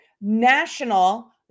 National